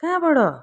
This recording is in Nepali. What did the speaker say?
कहाँबाट